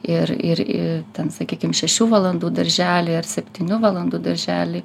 ir ir ir ten sakykim šešių valandų darželiai ar septynių valandų darželiai